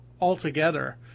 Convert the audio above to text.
altogether